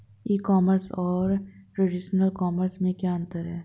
ई commerce और traditional commerce में क्या अंतर है?